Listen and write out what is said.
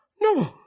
No